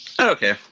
okay